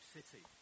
City